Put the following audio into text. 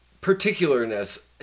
particularness